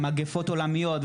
מגפות עולמיות,